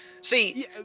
See